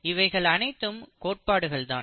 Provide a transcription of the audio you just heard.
இவைகள் அனைத்தும் கோட்பாடுகள் தான்